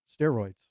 steroids